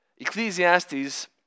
Ecclesiastes